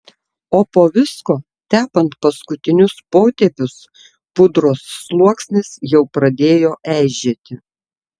o po visko tepant paskutinius potėpius pudros sluoksnis jau pradėjo eižėti